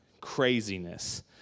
craziness